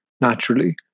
naturally